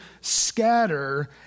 scatter